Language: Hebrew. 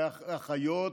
אחיות,